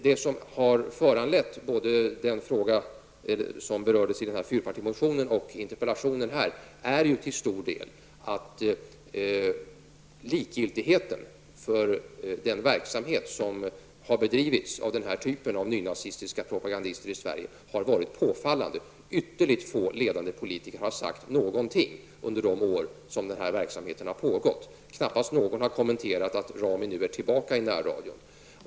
Det som har föranlett den fråga som har berörts både i fyrpartimotionen och i interpellationen är till stor del att likgiltigheten för den verksamhet som har bedrivits av den här typen av nynazistiska propagandister i Sverige har varit påfallande. Ytterligt få ledande politiker har sagt någonting under de år som denna verksamhet har pågått. Knappast någon har kommenterat att Rami nu är tillbaka i närradion.